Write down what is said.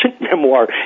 memoir